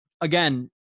again